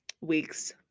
Weeks